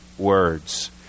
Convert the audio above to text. words